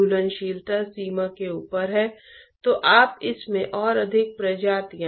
फिर चौथा विषय वास्तव में इसका बड़ा हिस्सा है